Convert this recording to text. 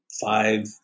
five